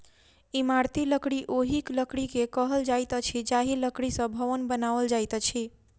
इमारती लकड़ी ओहि लकड़ी के कहल जाइत अछि जाहि लकड़ी सॅ भवन बनाओल जाइत अछि